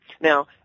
Now